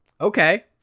okay